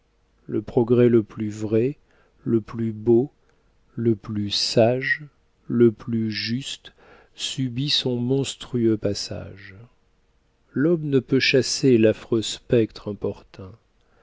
le progrès le plus vrai le plus beau le plus sage le plus juste subit son monstrueux passage l'aube ne peut chasser l'affreux spectre